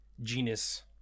genus